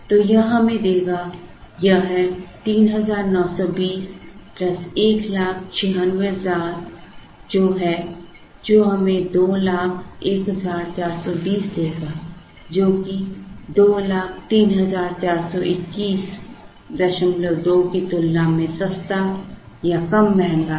तो यह हमें देगा यह है 3920 196000 है जो हमें 201420 देगा जो कि 2034212 की तुलना में सस्ता या कम महंगा है